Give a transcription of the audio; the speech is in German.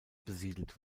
besiedelt